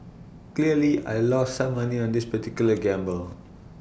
clearly I lost some money on this particular gamble